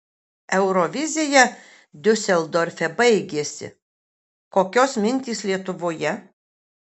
eurovizija diuseldorfe baigėsi kokios mintys lietuvoje